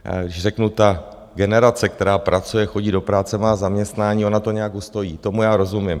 Když řeknu, ta generace, která pracuje, chodí do práce, má zaměstnání, ona to nějak ustojí, tomu já rozumím.